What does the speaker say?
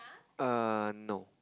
err no